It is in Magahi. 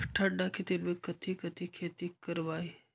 ठंडा के दिन में कथी कथी की खेती करवाई?